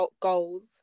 goals